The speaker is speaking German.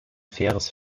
faires